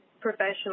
professional